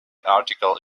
article